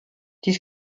dies